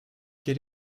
quel